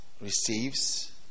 receives